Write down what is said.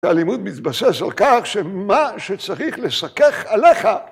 ‫הלימוד מתבסס על כך ‫שמה שצריך לסכך עליך...